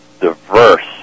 diverse